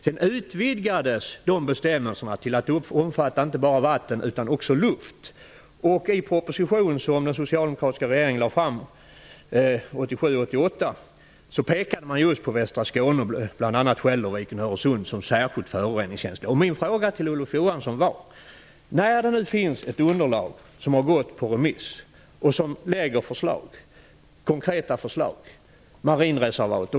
Sedan utvidgades dessa bestämmelser till att omfatta inte bara vatten utan också luft. I en proposition som den socialdemokratiska regeringen lade fram 1987/88 pekade man just på västra Skåne med bl.a. Skälderviken och Öresund som särskilt föroreningskänsliga. Det finns nu ett underlag som har gått på remiss, i vilket det ingår konkreta förslag om bl.a. marinreservat.